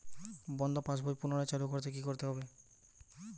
বন্ধ পাশ বই পুনরায় চালু করতে কি করতে হবে?